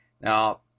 now